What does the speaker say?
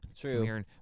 True